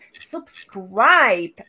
subscribe